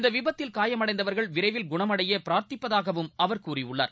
இந்த விபத்தில் காயமடைந்தவர்கள் விரைவில் குணமடைய பிரார்த்திப்பதாகவும் அவர் கூறியுள்ளார்